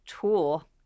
tool